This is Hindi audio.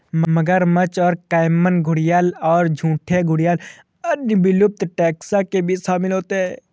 मगरमच्छ और कैमन घड़ियाल और झूठे घड़ियाल अन्य विलुप्त टैक्सा के बीच शामिल होते हैं